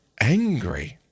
angry